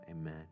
amen